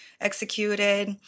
executed